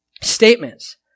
statements